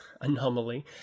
anomaly